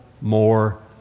more